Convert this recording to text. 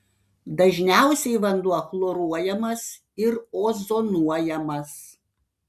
dažniausiai vanduo chloruojamas ir ozonuojamas